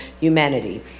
humanity